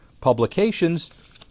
publications